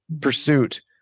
pursuit